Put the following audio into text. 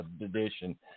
edition